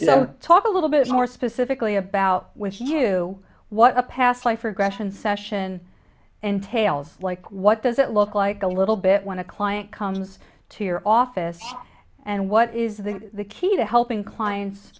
so talk a little bit more specifically about with you what a past life regression session and tales like what does it look like a little bit when a client comes to your office and what is the key to helping clients